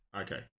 Okay